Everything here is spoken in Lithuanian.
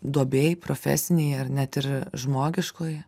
duobėj profesinėj ar net ir žmogiškoj